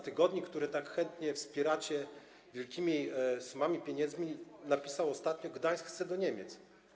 Tygodnik, który tak chętnie wspieracie wielkimi sumami, napisał ostatnio: Gdańsk chce do Niemiec.